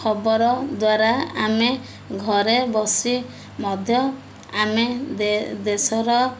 ଖବର ଦ୍ୱାରା ଆମେ ଘରେ ବସି ମଧ୍ୟ ଆମେ ଦେଶର